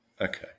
Okay